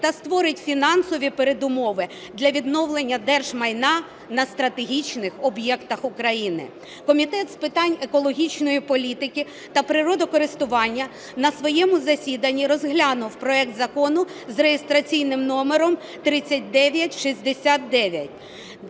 та створить фінансові передумови для відновлення держмайна на стратегічних об'єктах України. Комітет з питань екологічної політики та природокористування на своєму засіданні розглянув проект Закону з реєстраційним номером 3969.